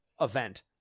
event